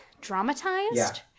dramatized